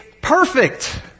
perfect